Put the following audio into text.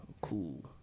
Cool